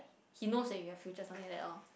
he knows that you have future something that all